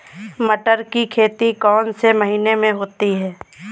मटर की खेती कौन से महीने में होती है?